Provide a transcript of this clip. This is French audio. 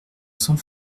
sang